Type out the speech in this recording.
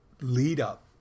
lead-up